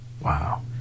Wow